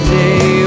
day